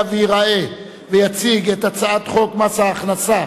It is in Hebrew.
וייראה ויציג את הצעת חוק מס הכנסה